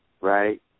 right